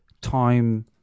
time